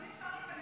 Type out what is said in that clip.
אפשר להיכנס?